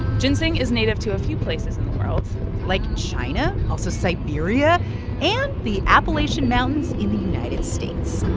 ginseng is native to a few places in the world like china, also siberia and the appalachian mountains in the united states